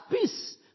peace